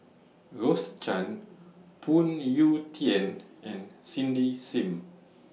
Rose Chan Phoon Yew Tien and Cindy SIM